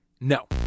No